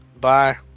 Bye